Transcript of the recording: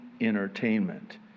entertainment